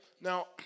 Now